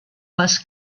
les